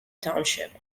township